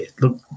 Look